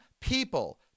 people